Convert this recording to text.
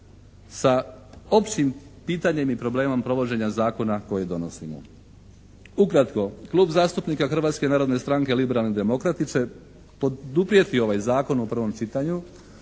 sa općim pitanjem i problemom provođenja zakona koje donosimo. Ukratko Klub zastupnika Hrvatske narodne stranke i liberalni demokrati će poduprijeti ovaj Zakon u drugom u prvom čitanju,